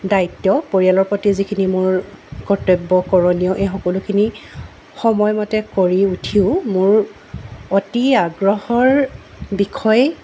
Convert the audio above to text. দ্বায়িত্ব পৰিয়ালৰ প্ৰতি যিখিনি মোৰ কৰ্তব্য কৰণীয় এই সকলোখিনি সময়মতে কৰি উঠিও মোৰ অতি আগ্ৰহৰ বিষয়